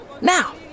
Now